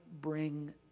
bring